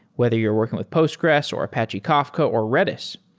whether you're working with postgres, or apache kafka, or redis,